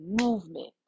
movement